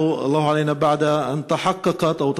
מי ייתן וברמדאן הבא נדע כולנו אושר וברכה ויתגשמו